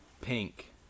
pink